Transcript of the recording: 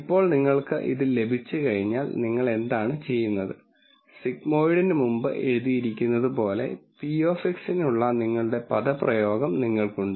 ഇപ്പോൾ നിങ്ങൾക്ക് ഇത് ലഭിച്ചുകഴിഞ്ഞാൽ നിങ്ങൾ എന്താണ് ചെയ്യുന്നത് സിഗ്മോയിഡിന് മുമ്പ് എഴുതിയിരിക്കുന്നതുപോലെ p of X നുള്ള നിങ്ങളുടെ പദപ്രയോഗം നിങ്ങൾക്കുണ്ട്